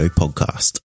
podcast